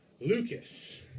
Lucas